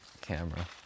camera